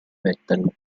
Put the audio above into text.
vettel